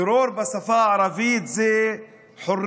דרור, בשפה הערבית זה חורייה: